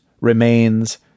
remains